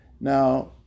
now